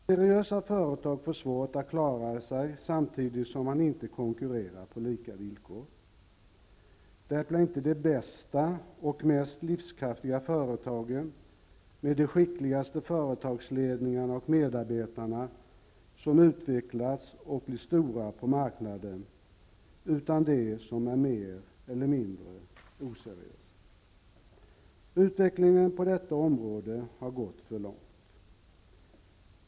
Seriösa företag får svårt att klara sig samtidigt som man inte konkurrerar på lika villkor. Det blir inte de bästa och mest livskraftiga företagen med de skickligaste företagsledningarna och medarbetarna som utvecklas och blir stora på marknaden, utan de som är mer eller mindre oseriösa. Utvecklingen på detta område har gått för långt.